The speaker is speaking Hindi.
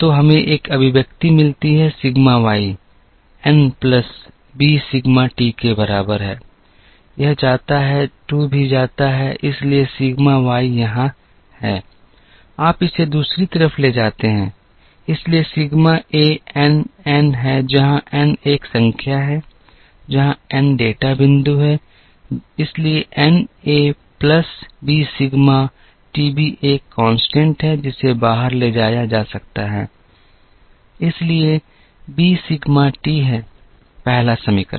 तो हमें एक अभिव्यक्ति मिलती है sigma Y n plus b sigma t के बराबर है यह जाता है 2 भी जाता है इसलिए सिग्मा वाई यहां है आप इसे दूसरी तरफ ले जाते हैं इसलिए सिग्मा ए n n है जहां n एक संख्या है जहां n डेटा बिंदु है इसलिए na plus b sigma tb एक स्थिरांक है जिसे बाहर ले जाया जा सकता है इसलिए b sigma t है पहला समीकरण